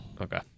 Okay